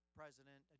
president